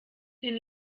den